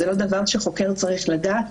זה לא דבר שחוקר צריך לדעת?